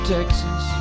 Texas